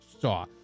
saw